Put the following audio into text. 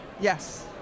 yes